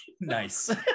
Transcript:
nice